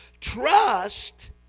Trust